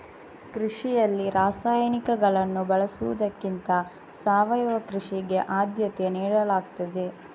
ಕೃಷಿಯಲ್ಲಿ ರಾಸಾಯನಿಕಗಳನ್ನು ಬಳಸುವುದಕ್ಕಿಂತ ಸಾವಯವ ಕೃಷಿಗೆ ಆದ್ಯತೆ ನೀಡಲಾಗ್ತದೆ